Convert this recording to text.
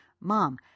mom